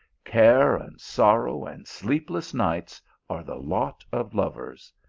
care and sorrow, and sleepless nights are the lot of lovers.